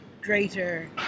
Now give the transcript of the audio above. Greater